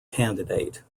candidate